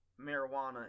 marijuana